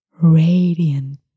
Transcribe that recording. radiant